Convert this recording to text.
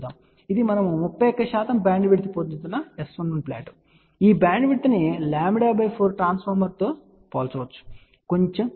కాబట్టి ఇది మనము 31 బ్యాండ్విడ్త్ పొందుతున్న S11 ప్లాట్ అని మీరు చూడవచ్చు ఈ బ్యాండ్విడ్త్ ను λ 4 ట్రాన్స్ఫార్మర్తో పోల్చవచ్చు కొంచెం చిన్నది